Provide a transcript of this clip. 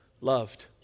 loved